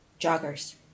Joggers